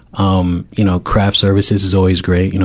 um you know, craft services is always great. you know